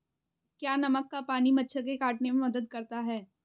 क्या नमक का पानी मच्छर के काटने में मदद करता है?